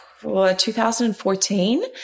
2014